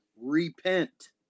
Repent